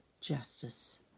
justice